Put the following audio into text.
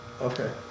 Okay